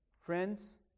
Friends